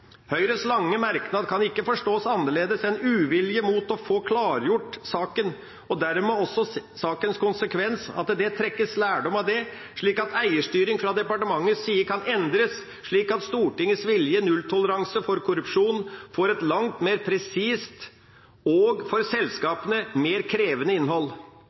Høyres lange merknad kan ikke forstås annerledes enn uvilje mot å få klargjort saken, og dermed også sakens konsekvens: at det trekkes lærdom av det, slik at eierstyring fra departementets side kan endres, og slik at Stortingets vilje, nulltoleranse for korrupsjon, får et langt mer presist og, for selskapene, mer krevende innhold.